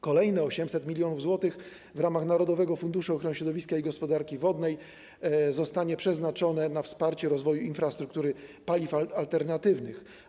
Kolejne 800 mln zł w ramach Narodowego Funduszu Ochrony Środowiska i Gospodarki Wodnej zostanie przeznaczone na wsparcie rozwoju infrastruktury paliw alternatywnych.